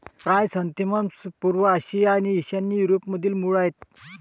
chrysanthemums पूर्व आशिया आणि ईशान्य युरोपमधील मूळ आहेत